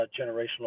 generational